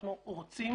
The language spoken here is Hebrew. אנחנו רוצים